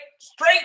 straight